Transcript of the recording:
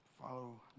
follow